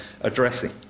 addressing